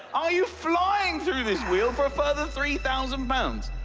are you flying through this wheel? for a further three thousand pounds,